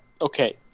Okay